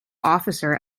officer